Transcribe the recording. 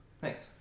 thanks